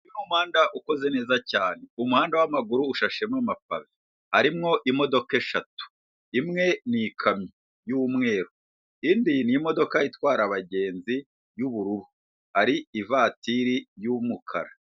Uyu ni umuhanda ukoze neza cyane, umuhanda w'amaguru ushashemo amapave harimo imodoka eshatu imwe n'ikamyo y'umweru indi ni imodoka itwara abagenzi y'ubururu ari ivatiri y'umukara.